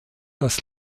das